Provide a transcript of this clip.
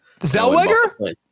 Zellweger